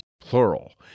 plural